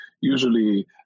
usually